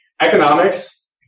economics